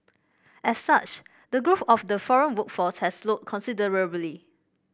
as such the growth of the foreign workforce has slowed considerably